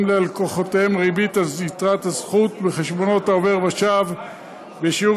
ללקוחותיהם ריבית על יתרת הזכות בחשבונות העובר-ושב בשיעור